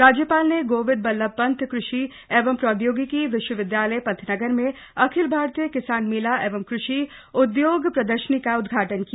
राज्यपाल ने गोविन्द बल्लभ पंत कृषि एवं प्रौद्योगिकी विश्वविद्यालय पंतनगर में अखिल भारतीय किसान मेला एवं कृषि उदयोग प्रदर्शनी का उदघाटन किया